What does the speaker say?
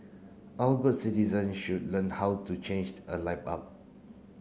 all good citizen should learn how to change a light bulb